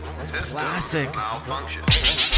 Classic